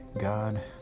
God